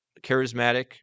charismatic